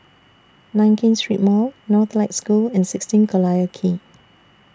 Nankin Street Mall Northlight School and sixteen Collyer Quay